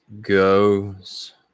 goes